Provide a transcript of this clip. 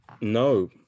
no